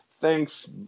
thanks